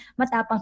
matapang